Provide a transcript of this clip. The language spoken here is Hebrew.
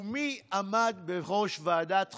ומי עמד בראש ועדת חוקה,